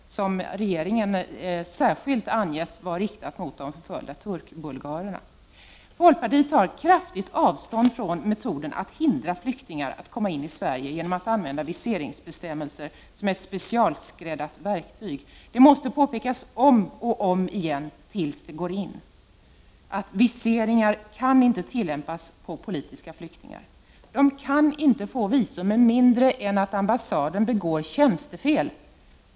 Regeringen har särskilt angivit att viseringskravet var riktat mot de förföljda turkbulgarerna. Folkpartiet tar kraftigt avstånd från metoderna att hindra flyktingar att komma in i Sverige genom att använda viseringsbestämmelser som ett specialskräddat verktyg. Det måste påpekas om och om igen tills det går in: Viseringar kan inte tillämpas på politiska flyktingar! De kan inte få visum med mindre än att ambassaden begår tjänstefel.